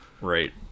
Right